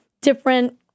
different